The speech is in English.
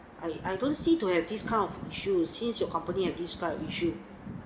I I don't see to have this kind of issues since your company have this kind of issue